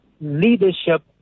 leadership